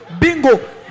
bingo